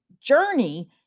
journey